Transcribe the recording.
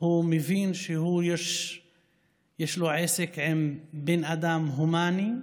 מבין שיש לו עסק עם בן אדם הומני,